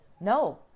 No